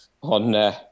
on